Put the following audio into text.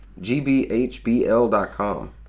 GBHBL.com